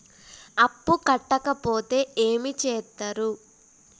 అప్పు కట్టకపోతే ఏమి చేత్తరు?